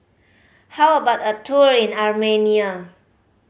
how about a tour in Armenia